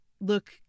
look